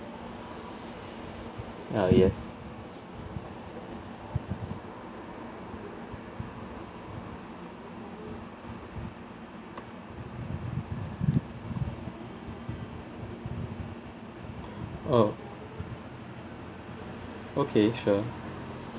uh yes